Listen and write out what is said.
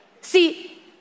See